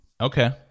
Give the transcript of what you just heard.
Okay